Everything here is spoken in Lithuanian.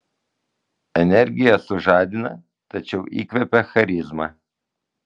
energija sužadina tačiau įkvepia charizma